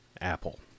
Apple